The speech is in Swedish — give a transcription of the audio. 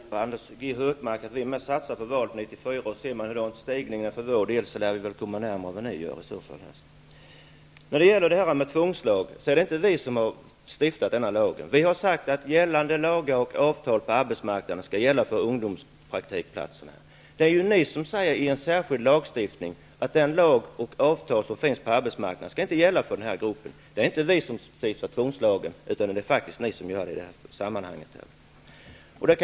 Herr talman! Jag vill erinra Anders G. Högmark om att också vi satsar på valet 1994. Men hänsyn till dagens ökning för vår del bör vi komma närmare än vad ni gör. När det gäller det här med tvångslag vill jag konstatera att det inte är vi som har stiftat den. Vi vill att gällande lagar och avtal på arbetsmarknaden skall omfatta ungdomspraktikplatserna. Det är ni som i en särskild lagstiftning vill att den lag och de avtal som finns på arbetsmarknaden inte skall gälla för den här gruppen. Det är inte vi som vill stifta en tvångslag, utan det är ni som vill göra det.